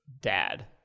dad